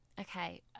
Okay